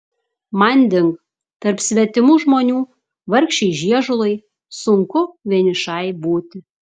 manding tarp svetimų žmonių vargšei žiežulai sunku vienišai būti